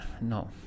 no